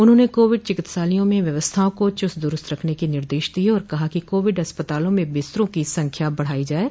उन्होंने कोविड चिकित्सालयों में व्यवस्थाओं को चुस्त दुरूस्त रखने के निर्देश दिये और कहा कि कोविड अस्पतालों में बिस्तरों की संख्या बढ़ाई जाये